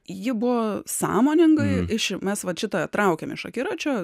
ji buvo sąmoningai iš mes vat šitą traukiam iš akiračio